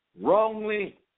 wrongly